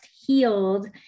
healed